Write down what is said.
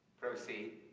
Proceed